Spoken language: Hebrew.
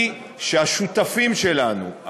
היא שהשותפים שלנו,